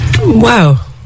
Wow